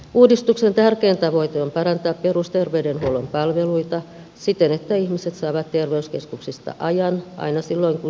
uudistuksen tärkein tavoite on parantaa perusterveydenhuollon palveluita siten että ihmiset saavat terveyskeskuksesta ajan aina silloin kun siihen on tarvetta